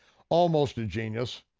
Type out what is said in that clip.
almost a genius,